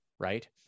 Right